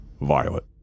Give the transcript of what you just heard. violet